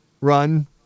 run